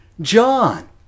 John